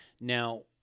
Now